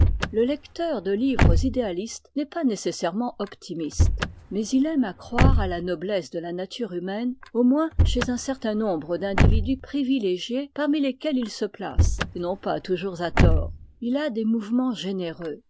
le lecteur de livres idéalistes n'est pas nécessairement optimiste mais il aime à croire à la noblesse de la nature humaine au moins chez un certain nombre d'individus privilégiés parmi lesquels il se place et non pas toujours à tort il a des mouvements généreux